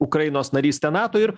ukrainos narystė nato ir